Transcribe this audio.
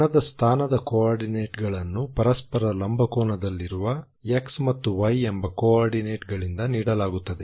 ಕಣದ ಸ್ಥಾನದ ಕೋಆರ್ಡಿನೇಟ್ಗಳನ್ನು ಪರಸ್ಪರ ಲಂಬಕೋನದಲ್ಲಿರುವ x ಮತ್ತು y ಎಂಬ ಕೋಆರ್ಡಿನೆಟ್ಗಳಿಂದ ನೀಡಲಾಗುತ್ತದೆ